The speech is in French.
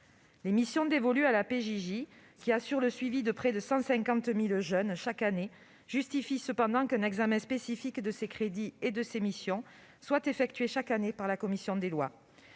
Les missions dévolues à la PJJ, qui assure le suivi de près de 150 000 jeunes chaque année, justifient qu'un examen spécifique de ses crédits et de ses missions soit réalisé chaque année par la commission des lois.